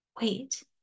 wait